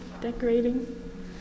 decorating